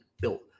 built